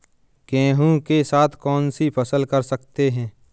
गेहूँ के साथ कौनसी फसल कर सकते हैं?